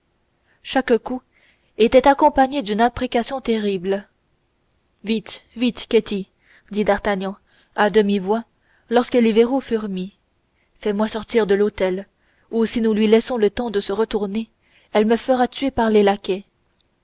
chaque coup était accompagné d'une imprécation terrible vite vite ketty dit d'artagnan à demi-voix lorsque les verrous furent mis fais-moi sortir de l'hôtel ou si nous lui laissons le temps de se retourner elle me fera tuer par les laquais